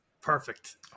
Perfect